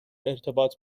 ارتباط